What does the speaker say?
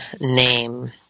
name